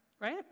Right